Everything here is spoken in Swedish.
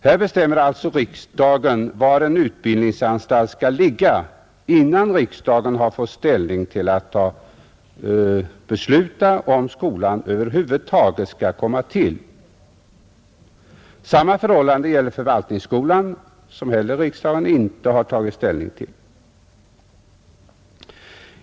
Här bestämmer alltså riksdagen var en utbildningsanstalt skall ligga, innan riksdagen har tagit ställning till frågan om skolan över huvud taget skall komma till. Samma förhållande gäller förvaltningsskolan, som riksdagen inte heller har tagit ställning till.